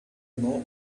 law